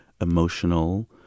emotional